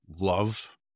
love